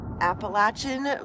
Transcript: Appalachian